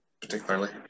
particularly